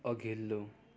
अघिल्लो